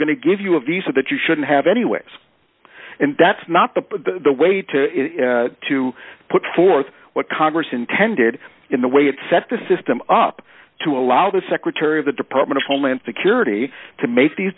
to give you a visa that you shouldn't have anyway and that's not the way to to put forth what congress intended in the way it set the system up to allow the secretary of the department of homeland security to make these